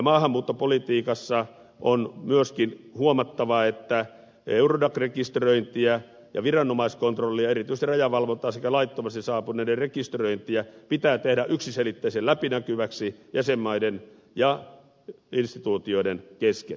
maahanmuuttopolitiikassa on myöskin huomattava että eurodac rekisteröinti ja viranomaiskontrolli erityisesti rajavalvonta sekä laittomasti saapuneiden rekisteröinti pitää tehdä yksiselitteisen läpinäkyväksi jäsenmaiden ja instituutioiden kesken